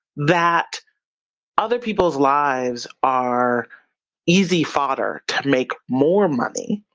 that other people's lives are easy fodder to make more money.